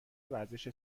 ورزش